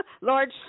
large